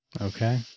okay